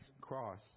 cross